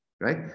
Right